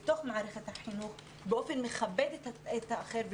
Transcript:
בתוך מערכת החינוך באופן מכבד את האחר,